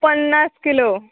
पन्नास किलो